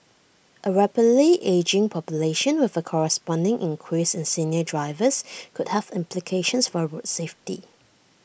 A rapidly ageing population with A corresponding increase in senior drivers could have implications for road safety